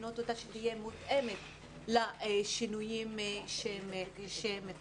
לבנות אותה שתהיה מותאמת לשינויים שמתרחשים.